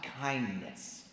kindness